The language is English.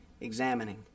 examining